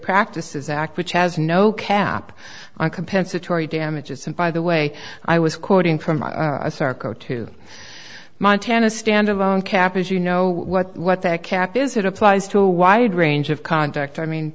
practices act which has no cap on compensatory damages and by the way i was quoting from asarco to montana stand alone cap is you know what that cap is it applies to a wide range of contract i mean